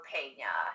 Pena